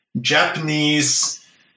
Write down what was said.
Japanese